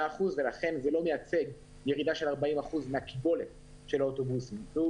אחוזים ולכן זה לא מייצג ירידה של40 אחוזים מהקיבולת של האוטובוסיטם.